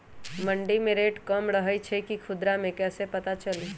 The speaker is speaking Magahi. मंडी मे रेट कम रही छई कि खुदरा मे कैसे पता चली?